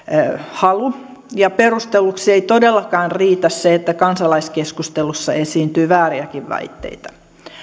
halu perusteluksi ei todellakaan riitä se että kansalaiskeskustelussa esiintyy vääriäkin väitteitä